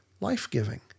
life-giving